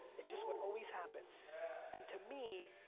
it's just what always happens and to me,